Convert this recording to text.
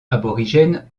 aborigènes